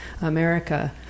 America